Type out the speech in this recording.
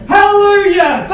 Hallelujah